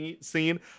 scene